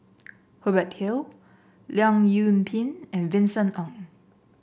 Hubert Hill Leong Yoon Pin and Vincent Ng